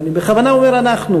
ואני בכוונה אומר אנחנו,